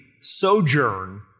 sojourn